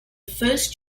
first